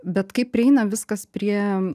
bet kaip prieina viskas prie